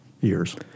years